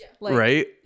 Right